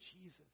Jesus